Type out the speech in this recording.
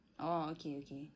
oh okay okay